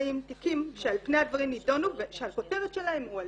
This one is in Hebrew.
תיקים שעל פני הדברים נדונו ושהכותרת שלהם הוא אלימות.